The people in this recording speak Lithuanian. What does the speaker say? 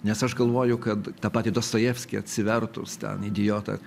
nes aš galvoju kad tą patį dostojevskį atsivertus ten idiotą